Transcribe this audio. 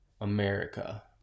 America